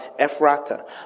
Ephrata